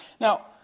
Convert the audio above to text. Now